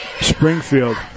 Springfield